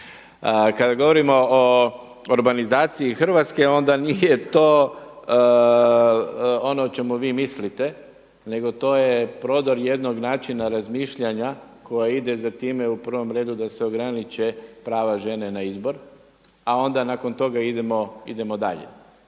Kada govorimo o urbanizaciji Hrvatske onda nije to ono o čemu vi mislite, nego to je prodor jednog načina razmišljanja koja ide za time u prvom redu da se ograniče prava žene na izbor, a onda nakon toga idemo dalje.